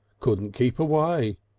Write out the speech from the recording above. couldn't keep away,